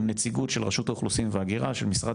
עם נציגות של רשות האוכלוסין וההגירה של משרד